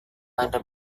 anda